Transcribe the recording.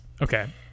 Okay